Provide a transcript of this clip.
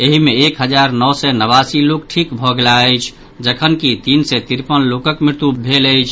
एहि मे एक हजार एक सौ नवासी लोक ठिक भऽ गेलाह अछि जखनकि तीन सय तिरपन लोकक मृत्यु भऽ गेल अछि